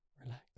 Relax